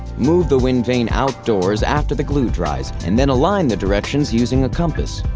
move the wind vane outdoors after the glue dries, and then align the directions using a compass.